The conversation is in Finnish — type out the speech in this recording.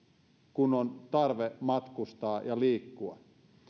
kun on tarve matkustaa ja liikkua